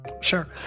Sure